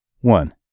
One